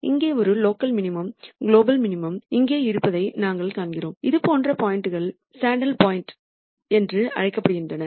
இங்கே ஒரு local maximum global maximum இங்கே இருப்பதையும் நாங்கள் காண்கிறோம் இது போன்ற பாயிண்ட்கள் சேடில் பாயிண்ட்கள் என்று அழைக்கப்படுகின்றன